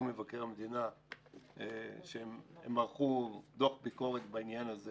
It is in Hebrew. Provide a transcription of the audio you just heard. מבקר המדינה שהם ערכו דוח ביקורת בעניין הזה